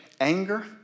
anger